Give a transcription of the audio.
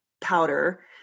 powder